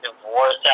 divorce